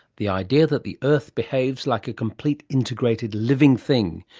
the idea that the earth behaves like a complete integrated living thing,